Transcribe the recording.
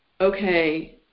okay